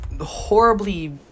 horribly